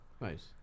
Nice